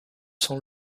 sans